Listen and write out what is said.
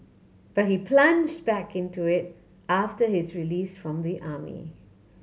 but he plunge back into it after his release from the army